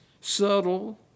subtle